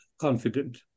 confident